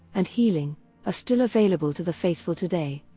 and healing are still available to the faithful today.